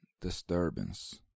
disturbance